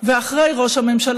וראש הממשלה,